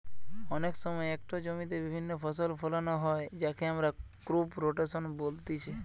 অনেক সময় একটো জমিতে বিভিন্ন ফসল ফোলানো হয় যাকে আমরা ক্রপ রোটেশন বলতিছে